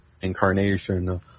incarnation